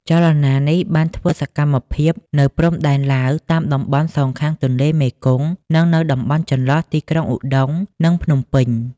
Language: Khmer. ចលនានេះបានធ្វើសកម្មភាពនៅព្រំដែនឡាវ តាមតំបន់សងខាងទន្លេមេគង្គ និងនៅតំបន់ចន្លោះទីក្រុងឧដុង្គ និងភ្នំពេញ។